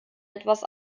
etwas